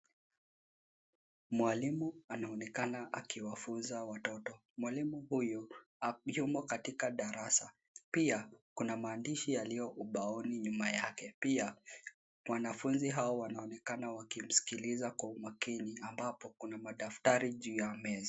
Mwalimu anaonekana akiwafunza watoto, mwalimu huyu yumo katika darasa pia kuna maandishi yaliyo ubaoni nyuma yake pia wanafunzi hao wanaonekana wakimskiliza kwa umakini ambapo kuna madaftari juu ya meza.